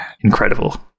Incredible